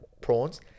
prawns